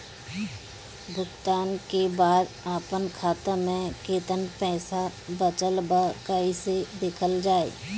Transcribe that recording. भुगतान के बाद आपन खाता में केतना पैसा बचल ब कइसे देखल जाइ?